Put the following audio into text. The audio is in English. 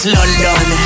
London